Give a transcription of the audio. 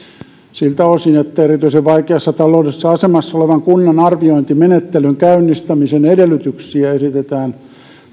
siltä osin että erityisen vaikeassa taloudellisessa asemassa olevan kunnan arviointimenettelyn käynnistämisen edellytyksiä esitetään